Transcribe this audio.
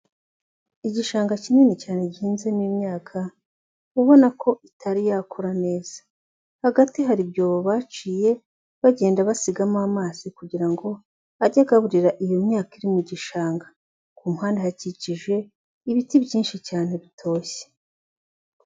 Igishanga kinini cyane gihinzemo imyaka ubona ko itari yakura neza. Hagati hari ibyobo baciye bagenda basigamo amazi kugira ngo ajye agaburira iyo myaka iri mu gishanga. Ku muhanda hakikije ibiti byinshi cyane bitoshye.